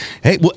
hey